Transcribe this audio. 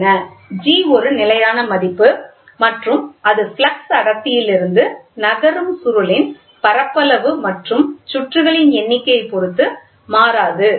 G ஒரு நிலையான மதிப்பு மற்றும் அது ஃப்ளக்ஸ் அடர்த்தியிலிருந்து நகரும் சுருளின் பரப்பளவு மற்றும் சுற்றுகளின் எண்ணிக்கையைப் பொறுத்து மாறாது